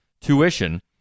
tuition